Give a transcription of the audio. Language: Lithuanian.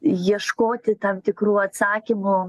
ieškoti tam tikrų atsakymų